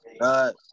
God